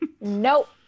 Nope